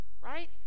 right